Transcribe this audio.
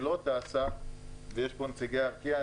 שלא טסה ויש פה נציגי ארקיע,